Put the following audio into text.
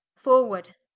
forward,